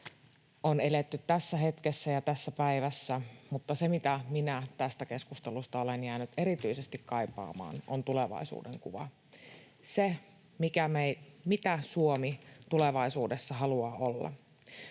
On eletty tässä hetkessä ja tässä päivässä, mutta se, mitä minä tästä keskustelusta olen jäänyt erityisesti kaipaamaan, on tulevaisuudenkuva — se, mitä Suomi tulevaisuudessa haluaa olla.